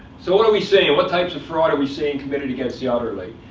so what are we seeing? what types of fraud are we seeing committed against the elderly?